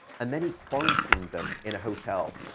and then he quarantined them in a hotel,